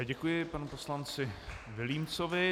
Děkuji panu poslanci Vilímcovi.